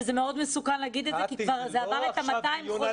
וזה מאוד מסוכן להגיד את זה כי זה כבר עבר את ה-200 חולים.